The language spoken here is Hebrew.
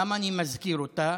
למה אני מזכיר אותה?